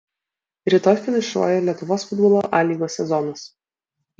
rytoj finišuoja lietuvos futbolo a lygos sezonas